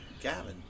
Gavin